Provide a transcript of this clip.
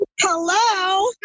Hello